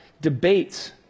debates